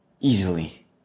easily